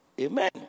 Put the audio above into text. Amen